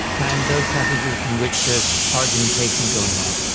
and those passages in which there's argumentation going on.